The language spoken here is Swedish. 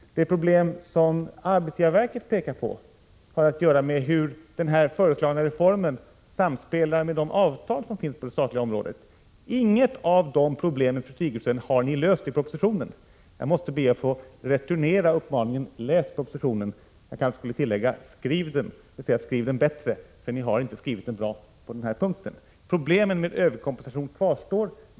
Det problem som arbetsgivarverket visar på har att göra med hur den föreslagna reformen samspelar med de avtal som finns på det statliga området. Inget av dessa problem, fru Sigurdsen, har ni löst i propositionen. Jag måste be att få returnera uppmaningen: Läs propositionen! Jag kanske skulle tillägga: Skriv den! Dvs. skriv den bättre — ni har inte skrivit den bra på den här punkten. Problemen med överkompensation kvarstår.